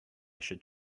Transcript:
should